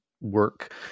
work